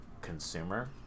consumer